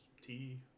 tea